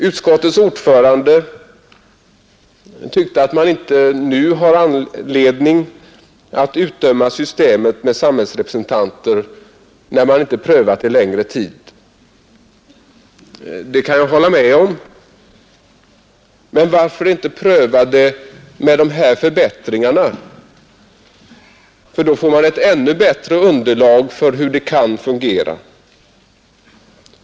Utskottets ordförande tyckte att man inte nu har anledning att utdöma systemet med samhällsrepresentanter, när man inte prövat det längre tid. Det kan jag hålla med om. Men varför inte pröva det med de här förbättringarna? Då får man ett ännu bättre underlag för hur det kan fungera.